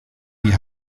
die